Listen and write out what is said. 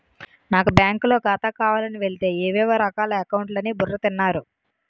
నాకు బాంకులో ఖాతా కావాలని వెలితే ఏవేవో రకాల అకౌంట్లు అని బుర్ర తిన్నారు